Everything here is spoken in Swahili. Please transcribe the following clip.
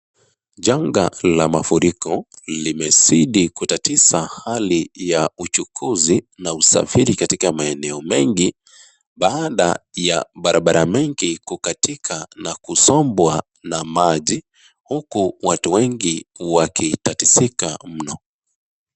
Janga la mafuriko limezidii kutatiza hali ya uchukuzi na usafiri katika maeneo mengi, baada ya barabara mengi kukatika na kusombwa na maji huku watu wengi wakitatizika mno.